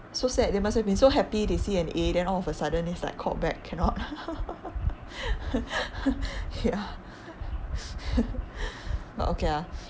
so sad they must have been so happy they see an A then all of a sudden it's like called back cannot ya but okay ah